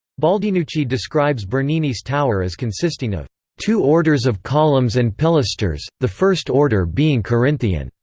baldinucci describes bernini's tower as consisting of two orders of columns and pilasters, the first order being corinthian